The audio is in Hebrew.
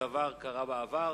הדבר קרה בעבר.